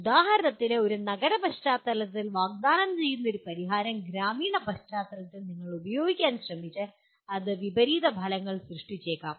ഉദാഹരണത്തിന് ഒരു നഗര പശ്ചാത്തലത്തിൽ വാഗ്ദാനം ചെയ്യുന്ന ഒരു പരിഹാരം ഒരു ഗ്രാമീണ പശ്ചാത്തലത്തിൽ നിങ്ങൾ പ്രയോഗിക്കാൻ ശ്രമിച്ചാൽ അത് ഒരു വിപരീത ഫലങ്ങൾ സൃഷ്ടിച്ചേക്കാം